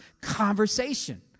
conversation